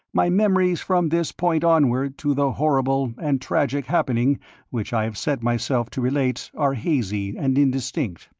my memories from this point onward to the horrible and tragic happening which i have set myself to relate are hazy and indistinct.